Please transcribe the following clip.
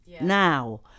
now